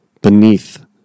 beneath